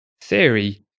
theory